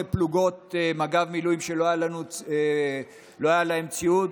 פלוגות מג"ב מילואים שלא היה להן ציוד.